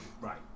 Right